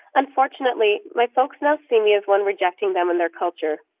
unfortunately, my folks now see me as one rejecting them and their culture.